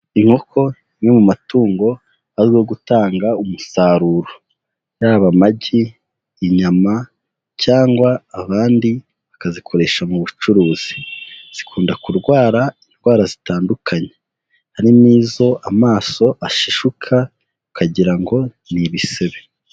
Inkoko, imwe mu matungo azwiho gutanga umusaruro yaba amagi, inyama, cyangwa abandi bakazikoresha mu bucuruzi. Zikunda kurwara indwara zitandukanye, harimo izo amaso ashishuka ukagira ngo ni ibisebe.